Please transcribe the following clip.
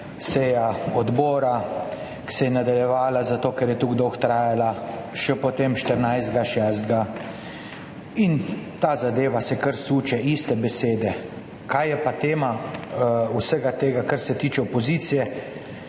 sejo odbora, ki se je nadaljevala zato, ker je trajala tako dolgo, potem še 14. 6. in ta zadeva se kar suče, iste besede. Kaj pa je tema vsega tega, kar se tiče opozicije,